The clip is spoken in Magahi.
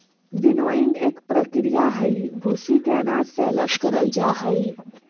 विनोइंग एक प्रक्रिया हई, भूसी के अनाज से अलग करल जा हई